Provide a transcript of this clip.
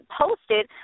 posted